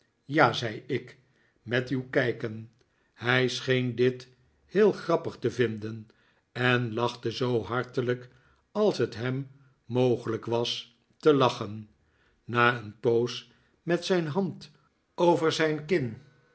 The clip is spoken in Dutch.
ja zei ik met uw kijken hij scheen dit heel grappig te vinden en lachte zoo hartelijk als het hem mogelijk was te lachen na een poos met zijn hand over zijn kin